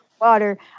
water